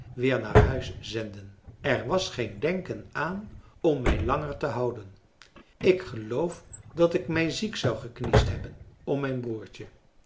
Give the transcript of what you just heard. weer naar huis zenden er was geen denken aan om mij langer te houden ik geloof dat ik mij ziek zou gekniesd hebben om mijn broertje